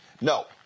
No